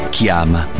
Chiama